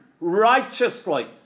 righteously